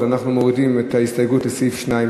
אז אנחנו מורידים את ההסתייגויות לסעיף 2,